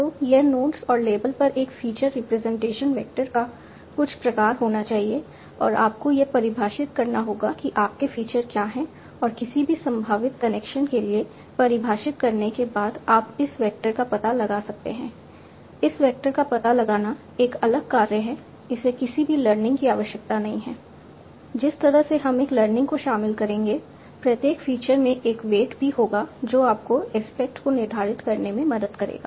तो यह नोड्स और लेबल पर एक फ़ीचर रिप्रेजेंटेशन वेक्टर का कुछ प्रकार होना चाहिए और आपको यह परिभाषित करना होगा कि आपके फ़ीचर क्या हैं और किसी भी संभावित कनेक्शन के लिए परिभाषित करने के बाद आप इस वेक्टर का पता लगा सकते हैं इस वेक्टर का पता लगाना एक अलग कार्य है इसे किसी भी लर्निंग की आवश्यकता नहीं है जिस तरह से हम एक लर्निंग को शामिल करेंगे प्रत्येक फ़ीचर में एक वेट भी होगा जो आपको एस्पेक्ट को निर्धारित करने में मदद करेगा